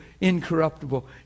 incorruptible